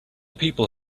people